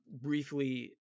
briefly